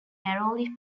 narrowly